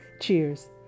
Cheers